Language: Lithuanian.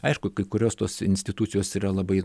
aišku kai kurios tos institucijos yra labai